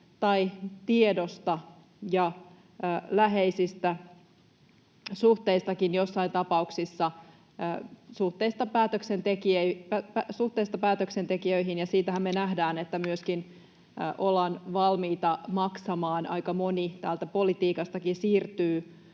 tai tiedosta ja läheisistä suhteistakin joissain tapauksissa, suhteesta päätöksentekijöihin — ja me nähdään, että siitähän myöskin ollaan valmiita maksamaan. Aika moni täältä politiikastakin siirtyy